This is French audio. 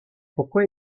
pourquoi